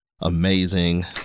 amazing